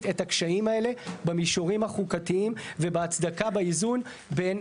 את הקשיים האלה במישורים החוקתיים ובהצדקה באיזון בין